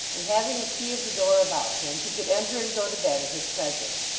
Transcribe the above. and having a key of the door about him he could enter and go to bed at his pleasure.